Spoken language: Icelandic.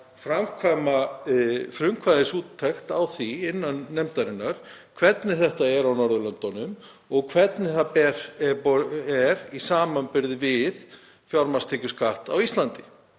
framkvæma frumkvæðisúttekt á því innan nefndarinnar hvernig þetta er á Norðurlöndunum og í samanburði við fjármagnstekjuskatt á Íslandi.